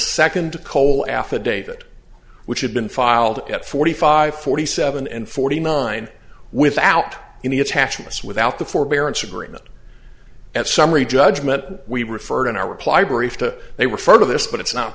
second coal affidavit which had been filed at forty five forty seven and forty nine without any attachments without the forbearance agreement and summary judgment we referred in our reply brief to they refer to this but it's not